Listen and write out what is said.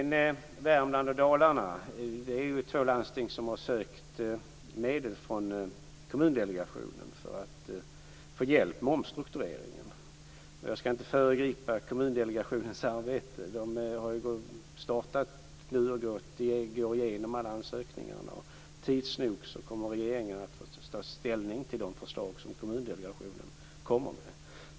Landstingen i Värmland och Dalarna har sökt medel från Kommundelegationen för att få hjälp med omstrukturering. Jag ska inte föregripa Kommundelegationens arbete. Man har nu börjat gå igenom alla ansökningar, och tids nog kommer regeringen att få ta ställning till de förslag som Kommundelegationen kommer med.